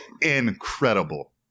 incredible